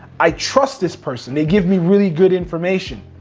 i trust this person, they give me really good information.